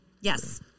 Yes